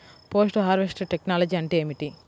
Post harvest technology అంటే ఏమిటి?